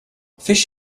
fish